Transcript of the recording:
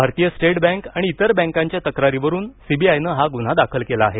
भारतीय state bank आणि इतर बँकांच्या तक्रारीवरून सीबीआयनं हा गुन्हा दाखल केला आहे